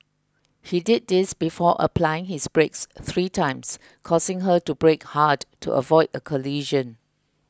he did this before applying his brakes three times causing her to brake hard to avoid a collision